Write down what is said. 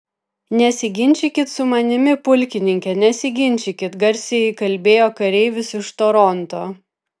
nesiginčykit su manimi pulkininke nesiginčykit garsiai kalbėjo kareivis iš toronto